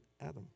Adam